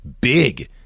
big